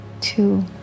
two